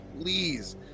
please